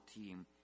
team